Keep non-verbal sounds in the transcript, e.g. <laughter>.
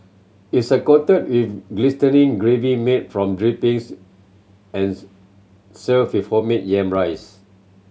is a coated with glistening gravy made from drippings and <unintelligible> served with homemade yam rice